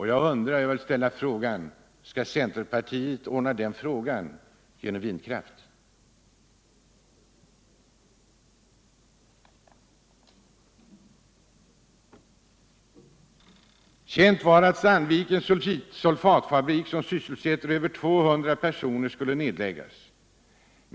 Skall centerpartiet ordna den tillskottsenergin genom vindkraft? Känt var att Sandvikens sulfatfabrik, som sysselsätter över 200 personer, skulle läggas ned.